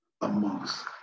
amongst